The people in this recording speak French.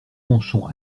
manchon